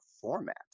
format